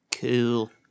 Cool